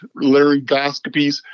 laryngoscopies